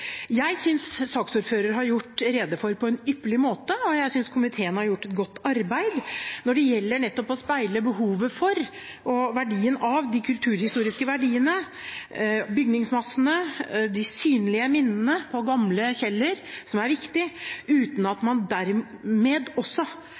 Jeg synes saksordføreren har redegjort på en ypperlig måte, og jeg synes komiteen har gjort et godt arbeid når det gjelder nettopp å speile behovet for og verdien av de kulturhistoriske verdiene, bygningsmassene, de synlige minnene på gamle Kjeller, som er viktige – uten at